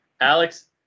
alex